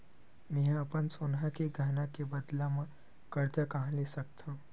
मेंहा अपन सोनहा के गहना के बदला मा कर्जा कहाँ ले सकथव?